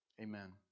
amen